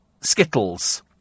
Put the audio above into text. Skittles